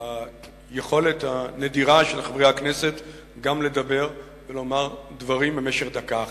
היכולת הנדירה של חברי הכנסת לדבר ולומר דברים במשך דקה אחת.